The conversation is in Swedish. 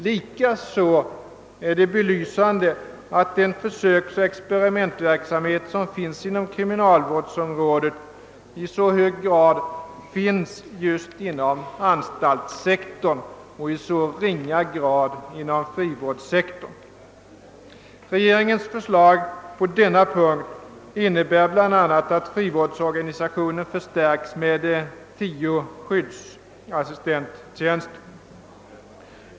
Likaså är det belysande, att den försöksoch experimentverksamhet som pågår inom kriminalvårdsområdet i så hög grad gäller just anstaltssektorn och i så ringa grad frivårdssektorn. Regeringens förslag på denna punkt innebär bl.a. att frivårdsorganisationen förstärks med tio skyddsassistenttjänster.